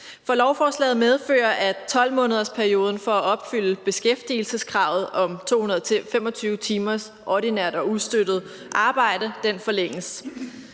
For lovforslaget medfører, at 12-månedersperioden for at opfylde beskæftigelseskravet om 225 timers ordinært og ustøttet arbejde forlænges.